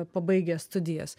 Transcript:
pabaigę studijas